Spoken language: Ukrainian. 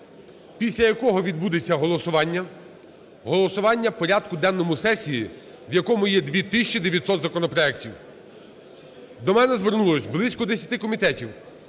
після якого відбудеться голосування, голосування порядку денного сесії, в якому є 2 тисячі 900 законопроектів. До мене звернулось близько 10 комітетів,